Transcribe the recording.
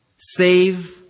save